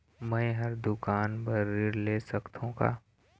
मैं हर दुकान बर ऋण ले सकथों का?